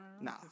Nah